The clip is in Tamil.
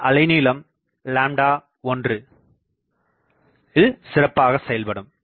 இது அலைநீளம் 1ல் சிறப்பாக செயல்படும்